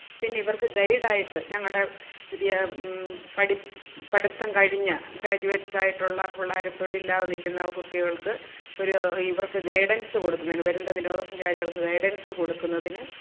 പിന്നെ ഇവര്ക്ക് ഗൈഡ് ആയിട്ട് ഞങ്ങളുടെ വിദ്യ പടി പഠിത്തം കഴിഞ്ഞ ഗ്രാജുവേറ്റ്സ് ആയിട്ടുള്ള പിള്ളേർ തൊഴിലില്ലാതെ നിൽക്കുന്ന കുട്ടികള്ക്ക് ഒരു ഇവര്ക്ക് ഗൈഡന്സ് കൊടുക്കുന്നതിന് വരുന്ന വിനോദസഞ്ചാരികള്ക്ക് ഗൈഡന്സ് കൊടുക്കുന്നതിന്